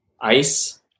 ice